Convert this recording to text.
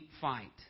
fight